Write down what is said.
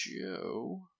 Joe